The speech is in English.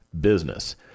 business